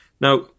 Now